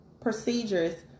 procedures